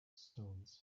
stones